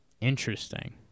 Interesting